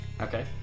Okay